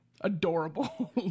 Adorable